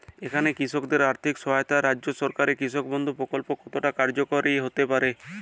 এখানে কৃষকদের আর্থিক সহায়তায় রাজ্য সরকারের কৃষক বন্ধু প্রক্ল্প কতটা কার্যকরী হতে পারে?